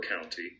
county